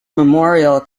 memorial